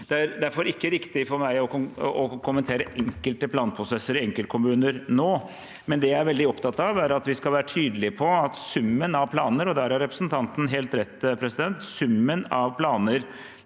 Det er derfor ikke riktig for meg å kommentere enkelte planprosesser i enkeltkommuner nå, men det jeg er veldig opptatt av, er at vi skal være tydelige på at summen av planer – og der har representanten helt rett – på alle nivåer